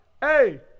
hey